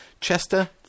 Chester